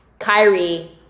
Kyrie